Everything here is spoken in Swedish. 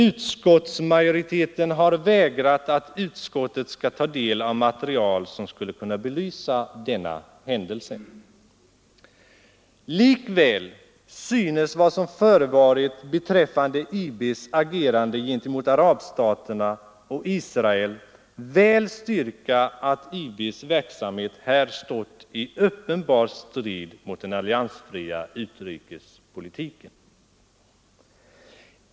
Utskottsmajoriteten har vägrat utskottet ta del av material som skulle kunna belysa denna händelse. Likväl synes vad som förevarit beträffande IB:s agerande gentemot arabstaterna och Israel väl styrka att IB:s verksamhet här stått i uppenbar strid mot den alliansfria utrikespolitiken.